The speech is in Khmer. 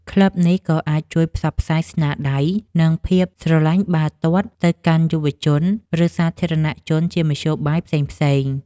ក្លឹបនេះក៏អាចជួយផ្សព្វផ្សាយស្នាដៃ និងភាពស្រលាញ់បាល់ទាត់ទៅកាន់យុវជន ឬសាធារណៈជនជាមធ្យោបាយផ្សេងៗ។